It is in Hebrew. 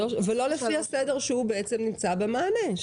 אבל לא לפי הסדר שהוא נמצא במענה.